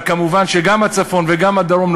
אבל מובן שגם בצפון וגם בדרום,